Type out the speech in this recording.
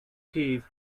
peas